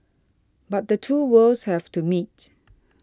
but the two worlds have to meet